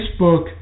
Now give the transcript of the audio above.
Facebook